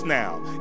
now